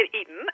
eaten